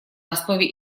основе